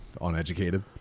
uneducated